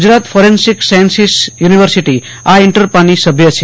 Gujarat forensic sciences university આ ઇન્ટરપાની સભ્ય છે